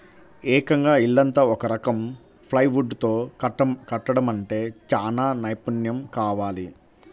ఏకంగా ఇల్లంతా ఒక రకం ప్లైవుడ్ తో కట్టడమంటే చానా నైపున్నెం కావాలి